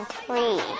three